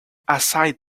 aside